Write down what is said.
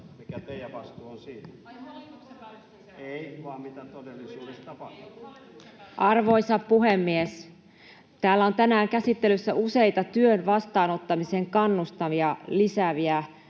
Mikä teidän vastuunne on siinä?] Kiitoksia. — Edustaja Kauma, olkaa hyvä. Arvoisa puhemies! Täällä on tänään käsittelyssä useita työn vastaanottamiseen kannustavia ja sitä